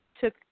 took